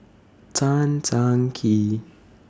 Tan Tan Kee